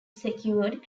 secured